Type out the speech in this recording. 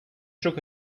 shook